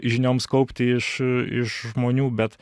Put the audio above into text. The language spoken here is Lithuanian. žinioms kaupti iš iš žmonių bet